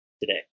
today